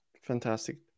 Fantastic